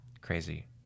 crazy